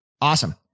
Awesome